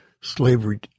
slavery